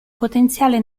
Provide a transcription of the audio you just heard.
potenziale